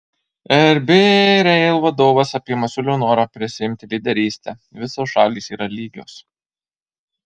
rb rail vadovas apie masiulio norą prisiimti lyderystę visos šalys yra lygios